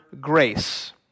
grace